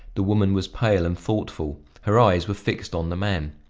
the woman was pale and thoughtful, her eyes were fixed on the man.